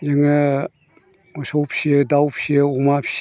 जोङो मोसौ फिसियो दाव फिसियो अमा फिसियो